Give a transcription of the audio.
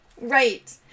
Right